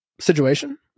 situation